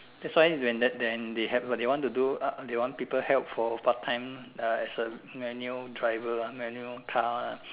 that's why when that when they want to do uh they want people help for part time as a manual driver manual car